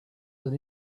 that